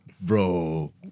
bro